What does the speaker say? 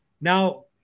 Now